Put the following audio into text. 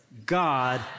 God